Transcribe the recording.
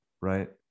right